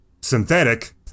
synthetic